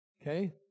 Okay